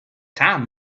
time